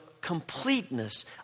completeness